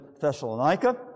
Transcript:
Thessalonica